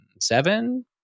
seven